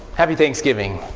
having thanksgiving.